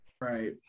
right